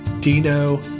Dino